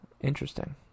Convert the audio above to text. Interesting